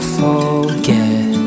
forget